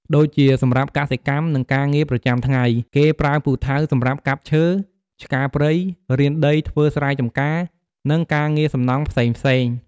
ដូចជាសម្រាប់កសិកម្ម និងការងារប្រចាំថ្ងៃ គេប្រើពូថៅសម្រាប់កាប់ឈើ ឆ្ការព្រៃ រានដីធ្វើស្រែចម្ការ និងការងារសំណង់ផ្សេងៗ។